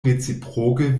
reciproke